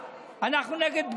אנחנו נגד השחתה.